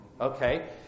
okay